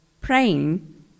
praying